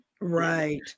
Right